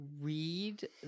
read